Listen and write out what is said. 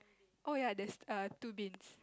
oh ya there's err two beans